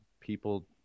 people